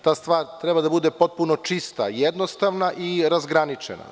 Ta stvar treba da bude potpuno čista i jednostavna i razgraničena.